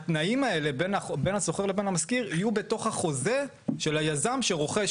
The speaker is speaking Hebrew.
התנאים האלה בין השוכר לבין המשכיר יהיו בתוך החוזה של היזם שרוכש